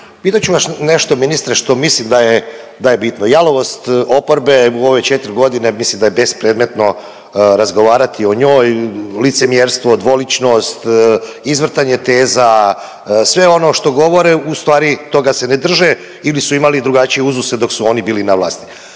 Pitat ću vas nešto ministre što mislim da je, da je bitno. Jalovost oporbe u ove 4 godine mislim da je bespredmetno razgovarati o njoj. Licemjerstvo, dvoličnost, izvrtanje teza, sve ono što govore u stvari toga se ne drže ili su imali drugačije uzuse dok su oni bili na vlasti.